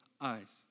eyes